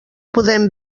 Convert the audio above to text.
podem